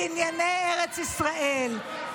בענייני ארץ ישראל,